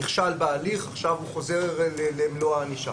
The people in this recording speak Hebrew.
נכשל בהליך ועכשיו הוא חוזר למלוא הענישה.